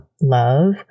love